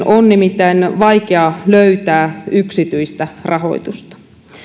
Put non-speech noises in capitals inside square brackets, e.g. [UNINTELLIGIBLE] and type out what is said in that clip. [UNINTELLIGIBLE] on nimittäin vaikea löytää yksityistä rahoitusta